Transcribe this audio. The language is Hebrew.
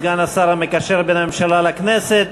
סגן השר המקשר בין הממשלה לכנסת.